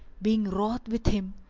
being wroth with him,